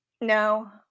No